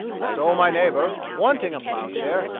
so my neighbor, wanting a ploughshare,